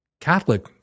Catholic